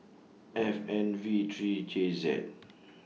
F N V three J Z